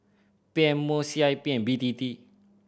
P M O C I P and B T T